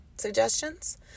suggestions